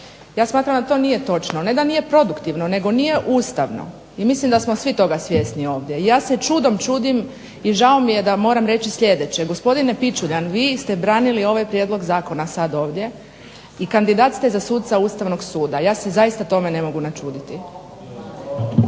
Ja smatram da to nije točno, ne da nije produktivno nego nije ustavno i mislim da smo svi toga svjesni ovdje. I ja se čudom čudim i žao mi je da moram reći sljedeće. Gospodine Pičuljan, vi ste branili ovaj prijedlog zakona sad ovdje i kandidat ste za suca Ustavnog suda. Ja se zaista tome ne mogu načuditi.